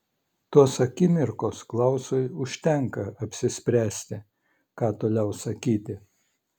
tos akimirkos klausui užtenka apsispręsti ką toliau sakyti